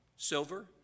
silver